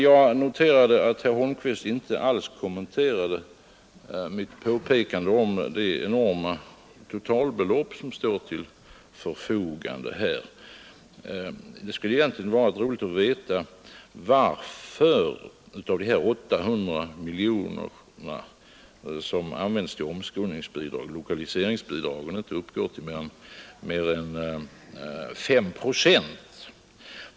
Jag noterade att herr Holmqvist inte alls kommenterade mitt påpekande om det enorma totalbelopp som här står till förfogande. Det skulle egentligen vara intressant att veta varför lokaliseringsbidragen inte uppgår till mer än 5 procent av de här 800 miljonerna som används till omskolningsbidrag.